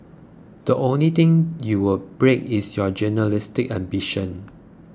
the only thing you will break is your journalistic ambition